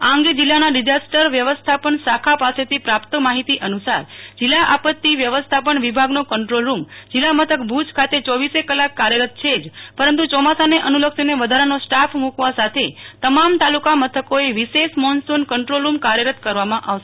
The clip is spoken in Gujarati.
આ અંગ જિલ્લાના ડિઝાસ્ટર વ્યવસ્થાપન શાખા પાસેથી પ્રાપ્ત માહિતી અનુસાર જિલ્લા આપતિ વ્યવસ્થાપન વિભાગનો કન્ટ્રોલરૂમ જિલ્લા મથક ભૂજ ખાતે ચોવીસે કલાક કાર્યરત છેજ પરંતુ ચોમાસાને અનુલક્ષીને વધારાનો સ્ટાફ મુકવા સાથે તમામ તાલુકા મથકોએ વિશેષ મોન્સન કન્ટ્રોલરૂમ કાર્યરત કરવામાં આવશે